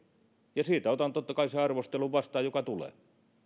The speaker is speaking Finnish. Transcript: ja siitä otan totta kai sen arvostelun vastaan joka tulee